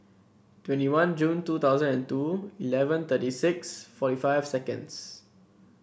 twenty one June two thousand and two eleven thirty six forty five seconds